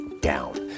down